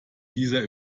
dieser